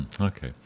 okay